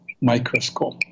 microscope